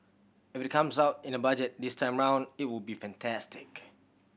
if it comes out in the Budget this time around it would be fantastic